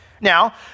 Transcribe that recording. Now